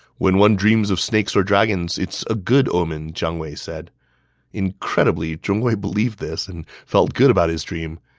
when one dreams of snakes or dragons, it's a good omen, jiang wei said incredibly, zhong hui believed this and felt good about his dream.